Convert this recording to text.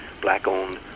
black-owned